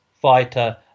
fighter